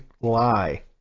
lie